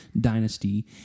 dynasty